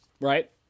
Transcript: right